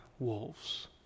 wolves